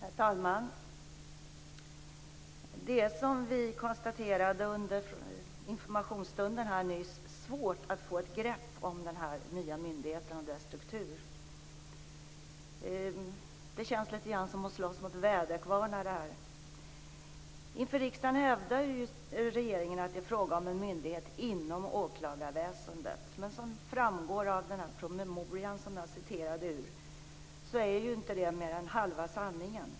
Herr talman! Det är, som vi under informationsstunden nyss konstaterade, svårt att få ett grepp om den nya myndigheten och dess struktur. Det känns litet grand som att slåss mot väderkvarnar. Inför riksdagen hävdar regeringen att det är fråga om en myndighet inom åklagarväsendet. Men som framgår av den promemoria som jag citerade ur är det inte mer än halva sanningen.